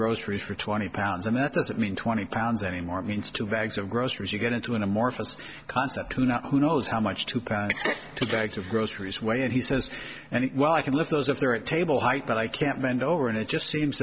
groceries for twenty pounds and that doesn't mean twenty pounds anymore it means two bags of groceries you get into an amorphous concept who not who knows how much to pass to bags of groceries where he says and well i can lift those if they're at table height but i can't bend over and it just seems